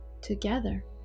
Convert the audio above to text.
together